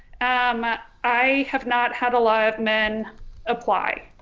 um i have not had a lot of men apply.